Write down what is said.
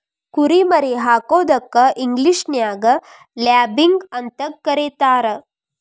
ಕುರಿ ಮರಿ ಹಾಕೋದಕ್ಕ ಇಂಗ್ಲೇಷನ್ಯಾಗ ಲ್ಯಾಬಿಂಗ್ ಅಂತ ಕರೇತಾರ